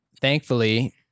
Thankfully